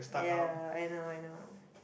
ya I know I know